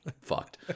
fucked